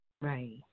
Right